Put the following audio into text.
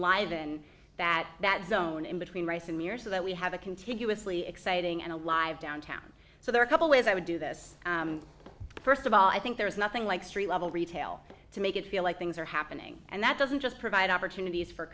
enliven that that zone in between rice and mirrors so that we have a continuously exciting and alive downtown so there are a couple ways i would do this first of all i think there is nothing like street level retail to make it feel like things are happening and that doesn't just provide opportunities for